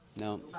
No